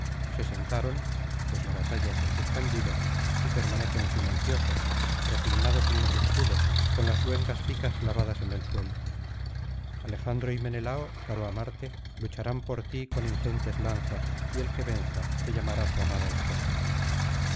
se ha suspendido y permanecen silenciosos reclinados en los escudos con las luengas picas clavadas en el suelo alejandro y menelao caro á marte lucharán por ti con ingentes lanzas y el que venza te llamará su amada esposa